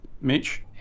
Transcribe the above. Mitch